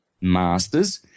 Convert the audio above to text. masters